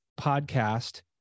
podcast